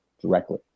directly